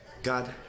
God